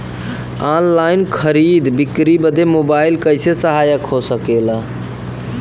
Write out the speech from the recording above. Online खरीद बिक्री बदे मोबाइल कइसे सहायक हो सकेला?